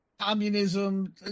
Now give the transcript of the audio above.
Communism